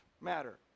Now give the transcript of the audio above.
matter